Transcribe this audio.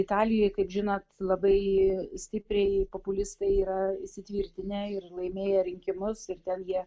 italijoj kaip žinot labai stipriai populistai yra įsitvirtinę ir laimėję rinkimus ir ten jie